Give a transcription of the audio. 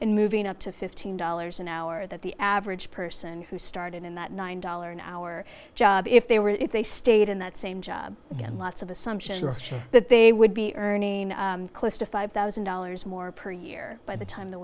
and moving up to fifteen dollars an hour that the average person who started in that nine dollars an hour job if they were if they stayed in that same job again lots of assumptions that they would be earning close to five thousand dollars more per year by the time the